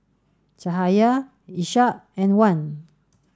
Cahaya Ishak and Wan